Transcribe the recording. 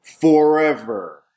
Forever